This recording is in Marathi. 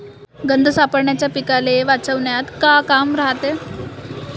गंध सापळ्याचं पीकाले वाचवन्यात का काम रायते?